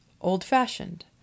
Old-fashioned